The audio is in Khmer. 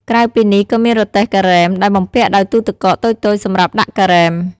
ក្រៅពីនេះក៏មានរទេះការ៉េម ដែលបំពាក់ដោយទូទឹកកកតូចៗសម្រាប់ដាក់ការ៉េម។